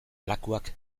lakuak